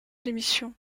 l’émission